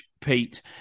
Pete